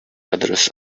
others